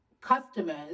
customers